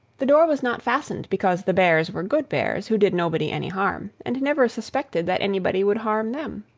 the door was not fastened, because the bears were good bears, who did nobody any harm, and never suspected that anybody would harm them.